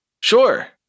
Sure